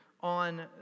on